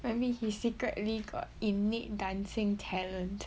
maybe he secretly got innate dancing talent